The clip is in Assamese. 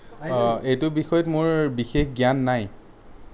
অঁ এইটো বিষয়ত মোৰ বিশেষ জ্ঞান নাই